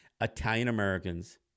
Italian-Americans